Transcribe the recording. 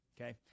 Okay